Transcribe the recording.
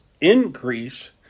increase